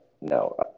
no